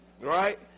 Right